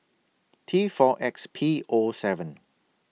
T four X P O seven